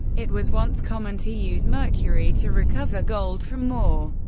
it was once common to use mercury to recover gold from ore,